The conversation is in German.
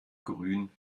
grün